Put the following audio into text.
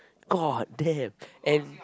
god damn and